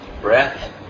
breath